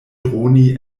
droni